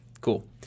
Cool